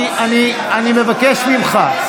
אני מבקש ממך.